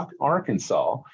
arkansas